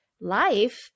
life